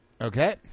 Okay